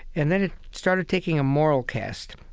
and then it started taking a moral cast.